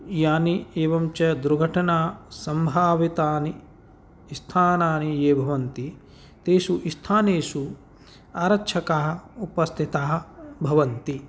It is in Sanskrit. यानि एवं च दुर्घटना सम्भावितानि स्थानानि ये भवन्ति तेषु स्थानेषु आरक्षकाः उपस्थिताः भवन्ति